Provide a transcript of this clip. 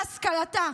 מה השכלתה,